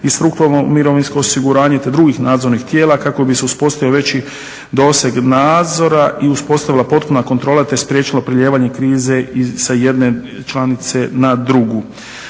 i strukturno mirovinsko osiguranje te drugih nadzornih tijela kako bi se uspostavio veći doseg nadzora i uspostavila potpuna kontrola te spriječilo prelijevanje krize sa jedne članice na drugu.